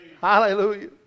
Hallelujah